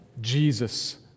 Jesus